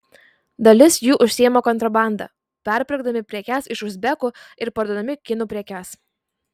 dalis jų užsiima kontrabanda perpirkdami prekes iš uzbekų ir parduodami kinų prekes